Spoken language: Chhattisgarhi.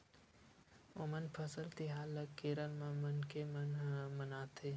ओनम फसल तिहार ल केरल के मनखे मन ह मनाथे